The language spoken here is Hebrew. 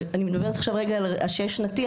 אני מדברת עכשיו על השש שנתי,